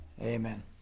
Amen